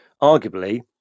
arguably